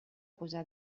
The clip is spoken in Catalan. posar